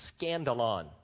scandalon